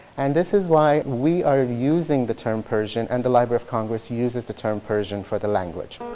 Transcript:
and this is why we are using the term persian and the library of congress uses the term persian for the language.